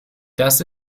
das